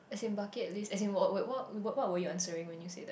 as in bucket list as in what what what would you answering when you say that